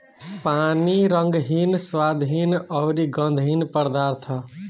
पानी रंगहीन, स्वादहीन अउरी गंधहीन पदार्थ ह